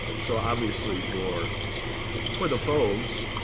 so obviously, for for the fauves,